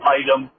item